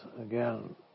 Again